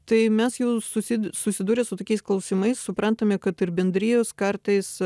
tai mes jau susid susidūrę su tokiais klausimais suprantame kad ir bendrijos kartais